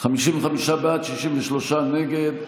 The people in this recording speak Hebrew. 55 בעד, 63 נגד.